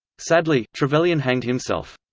sadly, trevelyan hanged himself.